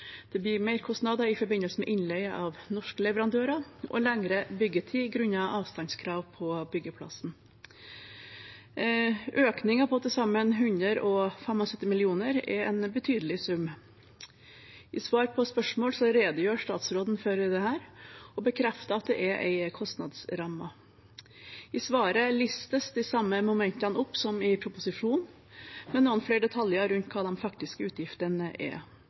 det blir merkostnader i forbindelse med innleie av norske leverandører, og at det blir lengre byggetid grunnet avstandskrav på byggeplassen. Økningen på til sammen 175 mill. kr er en betydelig sum. I svar på spørsmål redegjør statsråden for dette, og bekrefter at det er en kostnadsramme. I svaret listes de samme momenter opp som i proposisjonen, med noen flere detaljer rundt hva de faktiske utgiftene er.